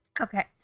Okay